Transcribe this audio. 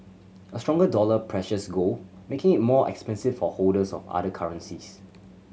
a stronger dollar pressures gold making it more expensive for holders of other currencies